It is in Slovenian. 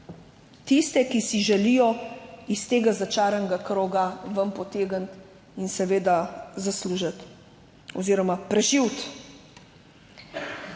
tiste, ki se želijo iz tega začaranega kroga ven potegniti in seveda zaslužiti oziroma preživeti.